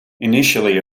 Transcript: initially